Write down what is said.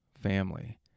family